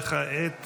וכעת